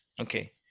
Okay